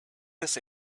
this